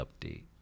update